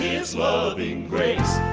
his loving grace